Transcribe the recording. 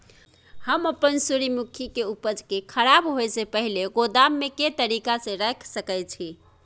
हम अपन सूर्यमुखी के उपज के खराब होयसे पहिले गोदाम में के तरीका से रयख सके छी?